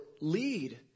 lead